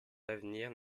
d’avenir